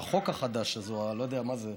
החוק החדש הזה או אני לא יודע מה זה.